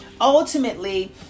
Ultimately